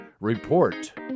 Report